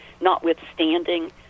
notwithstanding